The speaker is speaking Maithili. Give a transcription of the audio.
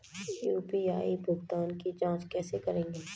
यु.पी.आई भुगतान की जाँच कैसे करेंगे?